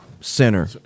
center